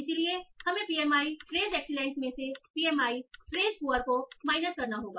इसलिए हमें PMI phrase excellent मे से पीएमआई फ्रेस पुअर को माइनस करना होगा